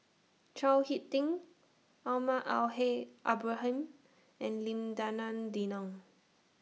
Chao Hick Tin Almahdi Al Haj Ibrahim and Lim Denan Denon